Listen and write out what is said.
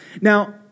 Now